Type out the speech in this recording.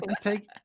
Take